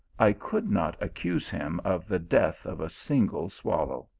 i could not accuse him of the death of a single swallow.